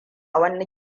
wani